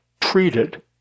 treated